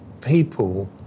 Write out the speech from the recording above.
people